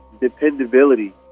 dependability